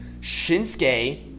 Shinsuke